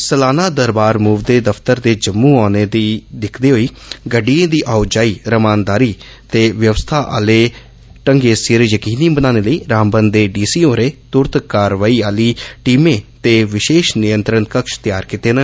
सलाना दरबार म्व दे दफ्तर दे जम्म् औने गी दिक्खदे होई गड्डियें दी आओ जाई रमानदारी ते व्यवस्था आले ढंगै सिर यकीनी बनाने लेई रामबन दे डी सी होरें त्रत कारवाई आली टीमें ते विशेष नियंत्रण कक्ष त्यार कीते न